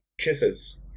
kisses